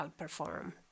outperform